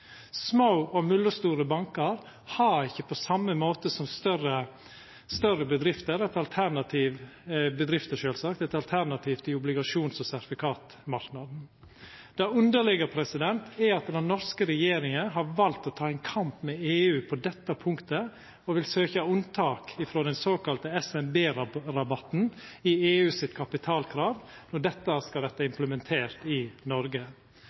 Små og mellomstore bankar har ikkje på same måte som større bedrifter eit alternativ i obligasjons- og sertifikatmarknaden. Det underlege er at den norske regjeringa har valt å ta ein kamp med EU på dette punktet og vil søkja om unntak frå den såkalla SMB-rabatten i EUs kapitalkrav når dette skal verta implementert i Noreg.